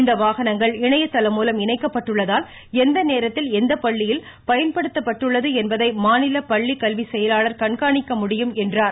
இந்த வாகனங்கள் இணையதளம் மூலம் இணைக்கப்பட்டுள்ளதால் எந்த நேரத்தில் எந்த பள்ளிகளில் பயன்படுத்தப்பட்டுள்ளது என்பதை மாநில பள்ளி கல்வி செயலாளர் கண்காணிக்க முடியும் என்றார்